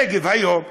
הנגב היום,